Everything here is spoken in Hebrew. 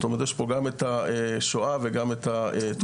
זאת אומרת, יש פה גם את השואה וגם את התקומה.